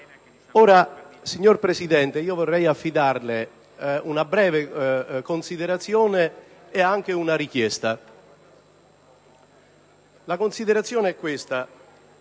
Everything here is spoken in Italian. signor Presidente, vorrei affidarle una breve considerazione e anche una richiesta. La considerazione è che,